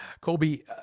Colby